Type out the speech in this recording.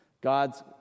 God's